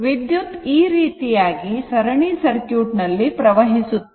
ವಿದ್ಯುತ್ ಈ ರೀತಿಯಾಗಿ ಸರಣಿ ಸರ್ಕ್ಯೂಟ್ ನಲ್ಲಿ ಪ್ರವಹಿಸುತ್ತದೆ